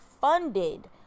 funded